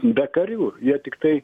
be karių jie tiktai